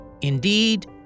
indeed